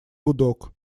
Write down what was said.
гудок